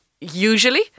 usually